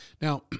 Now